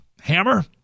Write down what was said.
hammer